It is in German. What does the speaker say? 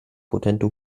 potente